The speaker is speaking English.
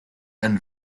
and